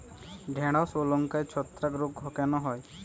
ঢ্যেড়স ও লঙ্কায় ছত্রাক রোগ কেন হয়?